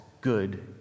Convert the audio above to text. good